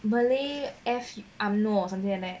malay F omnia or something like that